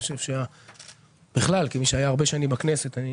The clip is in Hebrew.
אני חושב בכלל כמי שהיה הרבה שנים בכנסת, אני